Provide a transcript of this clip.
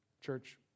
Church